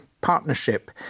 partnership